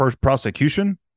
prosecution